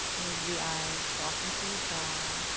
close the eyes, soften through the jaw,